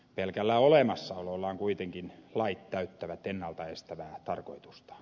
pelkällä olemassaolollaan kuitenkin lait täyttävät ennalta estävää tarkoitustaan